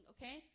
Okay